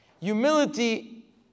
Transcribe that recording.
Humility